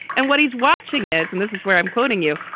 and what he's watching is and this is where i'm quoting you,